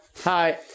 Hi